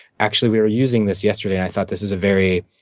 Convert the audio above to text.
actually, we were using this yesterday, and i thought this was a very